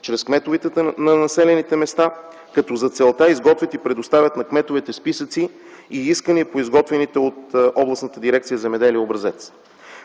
чрез кметовете на населените места, като за целта изготвят и предоставят на кметовете списъци и искания по изготвения от Областната дирекция „Земеделие” образец.